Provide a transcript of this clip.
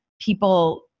people